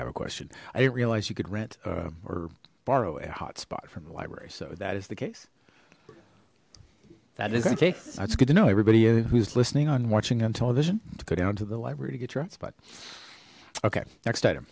have a question i didn't realize you could rent or borrow a hotspot from the library so that is the case that is the case that's good to know everybody who's listening on watching on television to go down to the library to get your s but okay next item